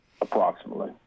approximately